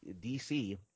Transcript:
DC